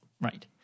Right